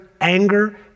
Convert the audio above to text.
anger